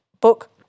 book